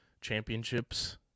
championships